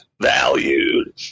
valued